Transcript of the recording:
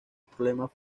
problema